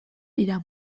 dira